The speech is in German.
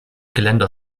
geländer